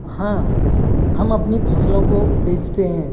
हाँ हम अपनी फसलों को बेचते हैं